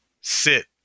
sit